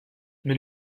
mais